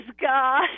God